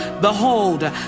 Behold